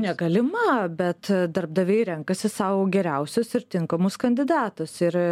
negalima bet darbdaviai renkasi sau geriausius ir tinkamus kandidatus ir